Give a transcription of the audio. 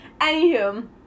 anywho